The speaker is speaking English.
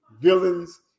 villains